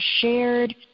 shared